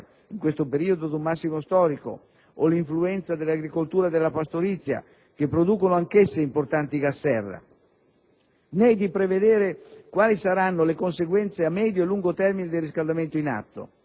in questo periodo ad un massimo storico, o l'influenza dell'agricoltura e della pastorizia che producono anch'esse importanti gas serra), né di prevedere quali saranno le conseguenze a medio e lungo termine del riscaldamento in atto.